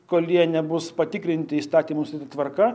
kol jie nebus patikrinti įstatymų nustatyt tvarka